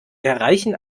erreichen